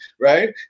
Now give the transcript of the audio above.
right